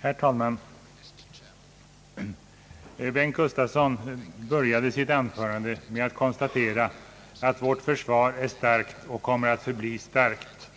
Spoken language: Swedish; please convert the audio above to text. Herr talman! Herr Bengt Gustavsson började sitt anförande med att konstatera att vårt försvar är starkt och kommer att förbli starkt.